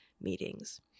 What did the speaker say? meetings